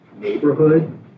neighborhood